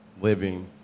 living